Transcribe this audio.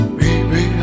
baby